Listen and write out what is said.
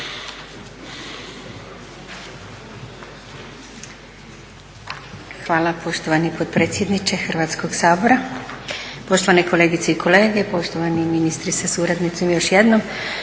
Hvala poštovani potpredsjedniče Hrvatskog sabora, poštovane kolegice i kolege, poštovani ministre sa suradnicom još jednom.